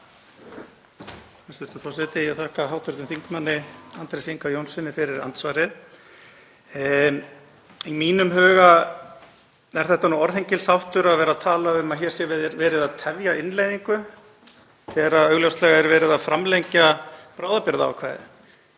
huga er þetta nú orðhengilsháttur að vera að tala um að hér sé verið að tefja innleiðingu þegar augljóslega er verið að framlengja bráðabirgðaákvæði.